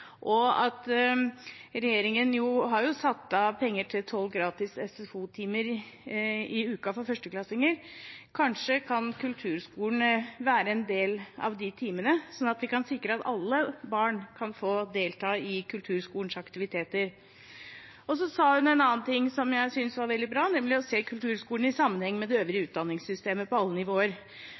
Regjeringen har jo satt av penger til tolv gratis SFO-timer i uken for førsteklassinger. Kanskje kan kulturskolen være en del av de timene, slik at vi kan sikre at alle barn kan få delta i kulturskolens aktiviteter. Så sa hun noe annet jeg synes var veldig bra, nemlig om å se kulturskolen i sammenheng med det øvrige utdanningssystemet på alle nivåer.